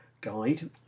guide